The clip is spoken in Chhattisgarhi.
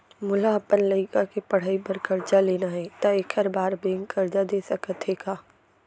मोला अपन लइका के पढ़ई बर करजा लेना हे, त एखर बार बैंक करजा दे सकत हे का?